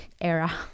Era